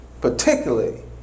particularly